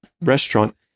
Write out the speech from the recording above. restaurant